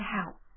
help